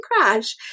crash